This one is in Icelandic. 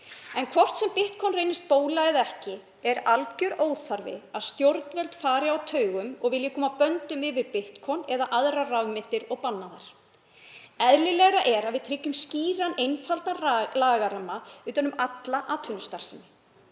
Hvort sem Bitcoin reynist bóla eða ekki er alger óþarfi að stjórnvöld fari á taugum og vilji koma böndum yfir Bitcoin eða aðrar rafmyntir og banna þær. Eðlilegra er að við tryggjum skýran og einfaldan lagaramma utan um alla atvinnustarfsemi.